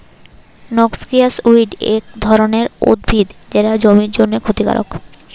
noxious weed এক ধরণের উদ্ভিদ যেটা জমির জন্যে ক্ষতিকারক